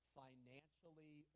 financially